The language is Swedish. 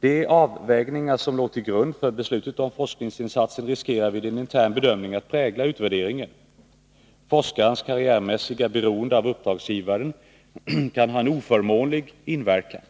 De avvägningar som låg till grund för beslutet om forskningsinsatsen riskerar vid en intern bedömning att prägla utvärderingen. Forskarens karriärmässiga beroende av uppdragsgivaren kan ha en oförmånlig inverkan.